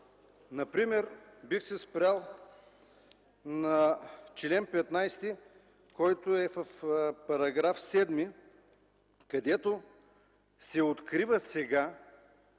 Например, бих се спрял на чл. 15, който е в § 7, където се открива сега,